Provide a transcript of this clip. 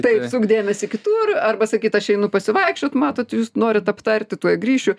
taip suk dėmesį kitur arba sakyt aš einu pasivaikščiot matot jūs norit aptarti tuoj grįšiu